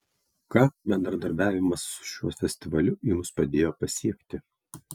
ką bendradarbiavimas su šiuo festivaliu jums padėjo pasiekti